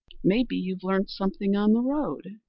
may be you've learnt something on the road.